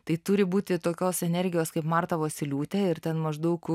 tai turi būti tokios energijos kaip marta vosyliūtė ir ten maždaug